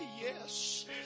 yes